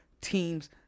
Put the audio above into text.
team's